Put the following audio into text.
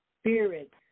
spirits